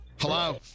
Hello